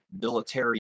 military